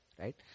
right